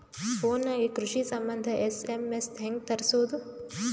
Phone ನಾಗೆ ಕೃಷಿ ಸಂಬಂಧ ಎಸ್.ಎಮ್.ಎಸ್ ಹೆಂಗ ತರಸೊದ?